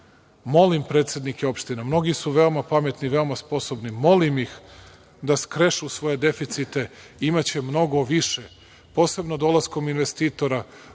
Molim predsednike opština, mnogi su veoma pametni, veoma sposobni, molim ih da skrešu svoje deficite, imaće mnogo više, posebno dolaskom investitora,